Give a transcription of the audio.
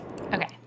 Okay